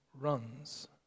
runs